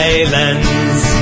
Islands